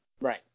Right